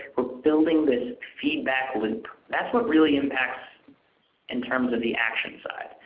are building this feedback loop. that's what really impacts in terms of the action side.